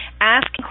ask